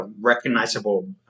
recognizable